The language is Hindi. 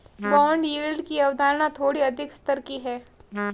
बॉन्ड यील्ड की अवधारणा थोड़ी अधिक स्तर की है